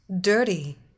dirty